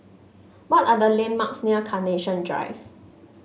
what are the landmarks near Carnation Drive